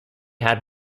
had